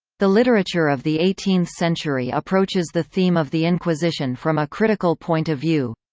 the literature of the eighteenth century approaches the theme of the inquisition from a critical point of view.